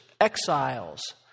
exiles